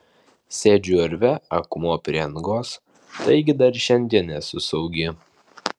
sėdžiu urve akmuo prie angos taigi dar šiandien esu saugi